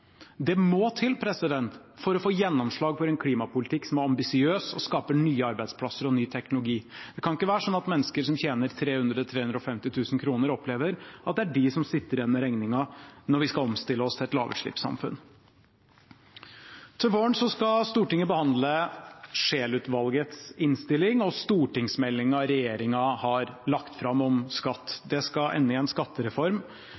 Det må til for å få gjennomslag for en klimapolitikk som er ambisiøs og skaper nye arbeidsplasser og ny teknologi. Det kan ikke være sånn at mennesker som tjener 300 000–350 000 kr, opplever at det er de som sitter igjen med regningen når vi skal omstille oss til et lavutslippssamfunn. Til våren skal Stortinget behandle Scheel-utvalgets innstilling og stortingsmeldingen regjeringen har lagt fram om skatt. Det skal ende i en skattereform